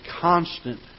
constant